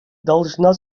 должна